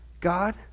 God